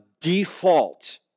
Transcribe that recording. default